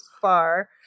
far